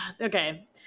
Okay